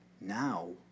Now